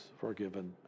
forgiven